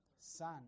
Son